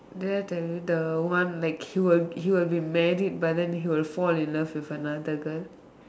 there the the one like he will he will be married but he will fall in love with another girl